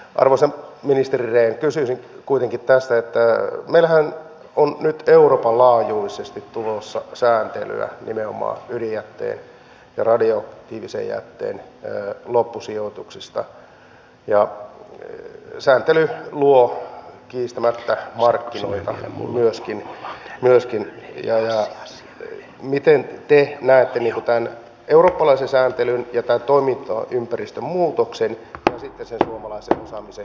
arvoisa ministeri rehn kysyisin tässä kuitenkin sitä että kun meillähän on nyt euroopan laajuisesti tulossa sääntelyä nimenomaan ydinjätteen ja radioaktiivisen jätteen loppusijoituksesta ja sääntely luo kiistämättä markkinoita myöskin niin miten te näette tämän eurooppalaisen sääntelyn ja tämän toimintaympäristön muutoksen ja sitten sen suomalaisen osaamisen yhteennivoutumisen